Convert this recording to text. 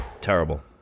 Terrible